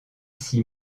six